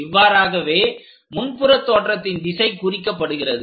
இவ்வாறாகவே முன்புற தோற்றத்தின் திசை குறிக்கப்படுகிறது